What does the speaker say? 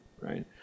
right